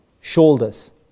shoulders